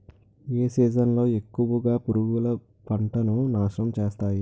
ఏ season లో ఎక్కువుగా పురుగులు పంటను నాశనం చేస్తాయి?